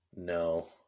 No